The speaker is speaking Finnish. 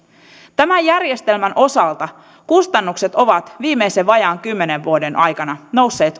tämän järjestelmän osalta kustannukset ovat viimeisen vajaan kymmenen vuoden aikana nousseet